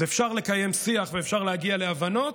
אז אפשר לקיים שיח ואפשר להגיע להבנות,